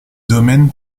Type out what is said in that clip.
domaine